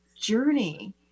journey